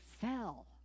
fell